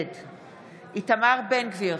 נגד איתמר בן גביר,